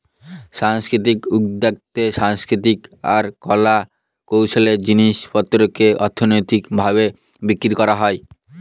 সাংস্কৃতিক উদ্যক্তাতে সাংস্কৃতিক আর কলা কৌশলের জিনিস পত্রকে অর্থনৈতিক ভাবে বিক্রি করা হয়